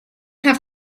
have